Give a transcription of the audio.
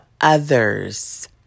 others